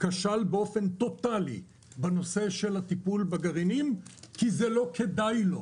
באופן טוטלי בנושא של הטיפול בגרעינים כי זה לא כדאי לו,